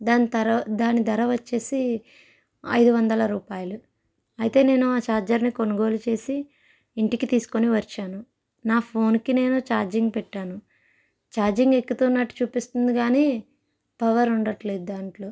దాని తర దాని ధర వచ్చేసి ఐదు వందల రూపాయలు అయితే నేను ఆ చార్జర్ని కొనుగోలు చేసి ఇంటికి తీసుకుని వచ్చాను నా ఫోన్కి నేను ఛార్జింగ్ పెట్టాను ఛార్జింగ్ ఎక్కుతున్నట్టు చూపిస్తుంది కానీ పవర్ ఉండట్లేదు దాంట్లో